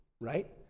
right